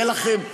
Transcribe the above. יהיה לכם יום,